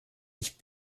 ich